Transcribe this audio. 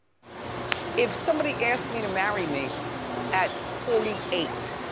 if somebody asks me to marry me at forty eight,